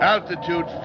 Altitude